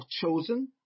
chosen